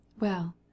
Well